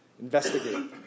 Investigate